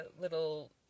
little